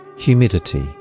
Humidity